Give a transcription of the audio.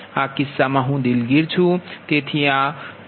આ કિસ્સામાં હુ દિલગીર છુ